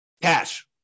Cash